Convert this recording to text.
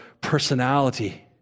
personality